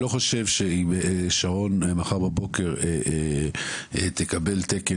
אני לא חושב שאם מחר בבוקר שרון תקבל תקן